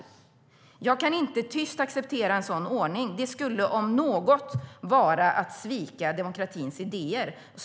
Jag kan inte tyst acceptera en sådan ordning. Det skulle om något vara att svika demokratins idéer.